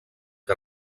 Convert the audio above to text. que